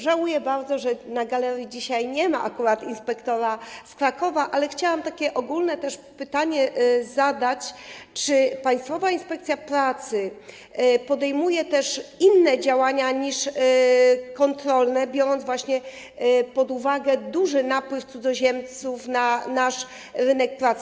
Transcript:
Żałuję bardzo, że na galerii dzisiaj nie ma akurat inspektora z Krakowa, ale chciałam zadać takie ogólne pytanie: Czy Państwowa Inspekcja Pracy podejmuje też inne działania niż kontrolne, biorąc pod uwagę duży napływ cudzoziemców na nasz rynek pracy?